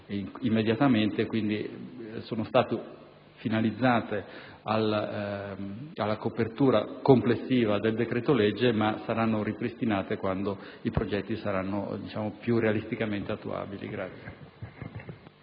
pertanto, sono state finalizzate alla copertura complessiva del decreto-legge, ma saranno ripristinate quando i progetti saranno più realisticamente attuabili.